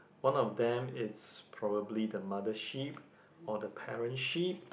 one of them it's probably the mother sheep or the parent sheep